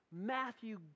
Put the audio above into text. Matthew